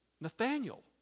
Nathaniel